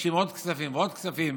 מבקשים עוד כספים ועוד כספים.